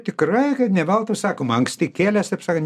tikrai ne veltui sakoma anksti kėlęs taip sakant